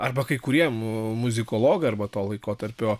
arba kai kurie muzikologai arba to laikotarpio